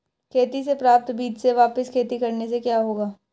खेती से प्राप्त बीज से वापिस खेती करने से क्या होगा?